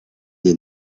des